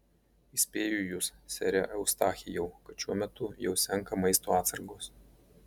įspėju jus sere eustachijau kad šiuo metu jau senka maisto atsargos